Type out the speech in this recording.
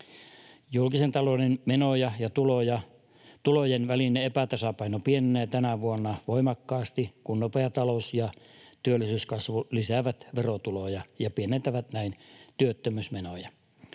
Julkisen talouden menojen ja tulojen välinen epätasapaino pienenee tänä vuonna voimakkaasti, kun nopea talous- ja työllisyyskasvu lisäävät verotuloja ja pienentävät näin työttömyysmenoja.